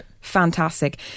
Fantastic